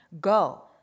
Go